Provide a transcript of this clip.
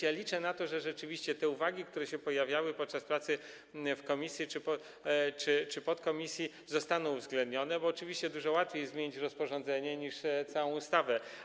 Ja liczę na to, że rzeczywiście uwagi, które się pojawiały podczas pracy w komisji czy podkomisji, zostaną uwzględnione, bo oczywiście dużo łatwiej jest zmienić rozporządzenie niż całą ustawę.